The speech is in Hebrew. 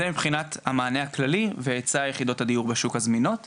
זה מבחינת המענה הכללי והיצע יחידות הדיוק הזמינות בשוק,